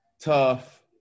Tough